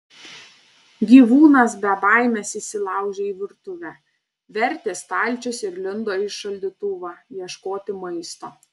gyvūnas be baimės įsilaužė į virtuvę vertė stalčius ir lindo į šaldytuvą ieškoti maisto